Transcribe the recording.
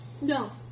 No